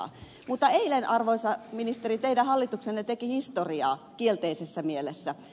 mutta eilen arvoisa ministeri teidän hallituksenne teki historiaa kielteisessä mielessä